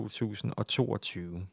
2022